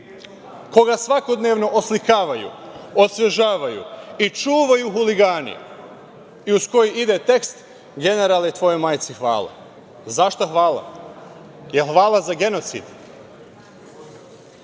koga svakodnevno oslikavaju, osvežavaju i čuvaju huligani i uz koji ide tekst „generale, tvojoj majci hvala“. Za šta hvala, jel hvala za genocid? Šta